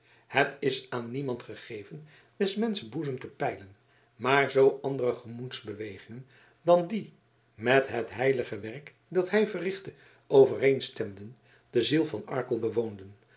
het is aan niemand gegeven des menschen boezem te peilen maar zoo andere gemoedsbewegingen dan die met het heilige werk dat hij verrichtte overeenstemden de ziel van arkel bewoonden